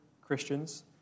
Christians